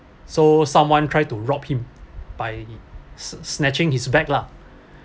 so someone try to rob him by s~ snatching his bag lah